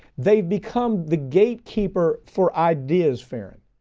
they've become the gatekeeper for ideas, farron.